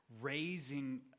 raising